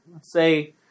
Say